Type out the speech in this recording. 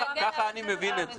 ככה אני מבין את זה.